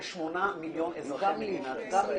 אני רק אומר שאולי בתחום הזה שיש מנגנון שכבר עובד ועובד טוב,